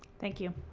thank you.